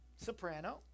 Soprano